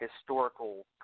historical